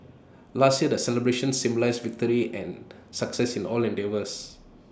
last year the celebrations symbolised victory and success in all endeavours